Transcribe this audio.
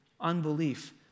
unbelief